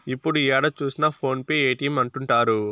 ఇప్పుడు ఏడ చూసినా ఫోన్ పే పేటీఎం అంటుంటారు